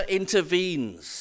intervenes